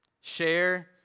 Share